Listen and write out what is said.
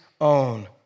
own